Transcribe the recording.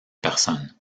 personnes